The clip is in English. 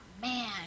man